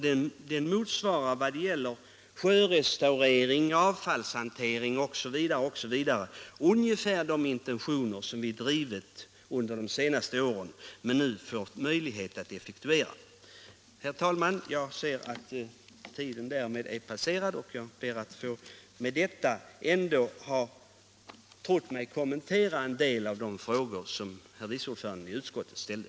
Den motsvarar i vad gäller sjörestaureringar, avfallshantering osv. ungefär de intentioner vi haft under de senaste Allmänpolitisk debatt Allmänpolitisk debatt åren och som vi nu fått möjlighet att realisera. Herr talman! Jag ser att jag nu använt min tid, men jag tror att jag med detta har kommenterat en del av de frågor som herr vice ordföranden i utskottet ställde.